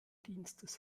dienstes